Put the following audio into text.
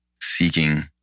seeking